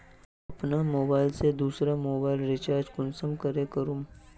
अपना मोबाईल से दुसरा मोबाईल रिचार्ज कुंसम करे करूम?